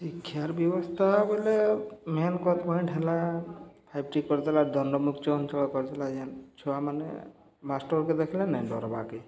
ଶିକ୍ଷାର୍ ବ୍ୟବସ୍ଥା ବୋଇଲେ main point ହେଲା ଫାଇପ୍ ଟି କରିଦେଲା ଦଣ୍ଡମୁକ୍ତ ଅଞ୍ଚଳ କରିଦେଲା ଯେନ୍ ଛୁଆମାନେ ମାଷ୍ଟର୍କେ ଦେଖ୍ଲେ ନାଇଁ ଡର୍ବାକେ